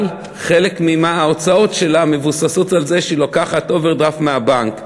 אבל חלק מההוצאות שלה מבוססות על אוברדרפט בבנק,